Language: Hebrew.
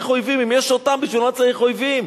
אם היו ילדים ונוער שעבדו אחרי-הצהריים בשוק,